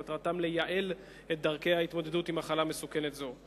שמטרתם לייעל את דרכי ההתמודדות עם מחלה מסוכנת זו.